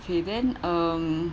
okay then um